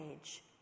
age